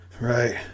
right